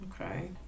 okay